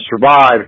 survive